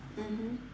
mmhmm